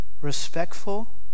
respectful